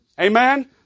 Amen